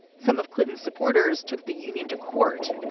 some of clinton's supporters took the union to court,